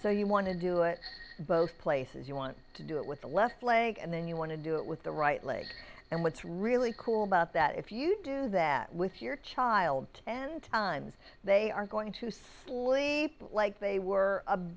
so you want to do it both places you want to do it with the left leg and then you want to do it with the right leg and what's really cool about that if you do that with your child ten times they are going to sleep like they were a